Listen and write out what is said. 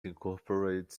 incorporates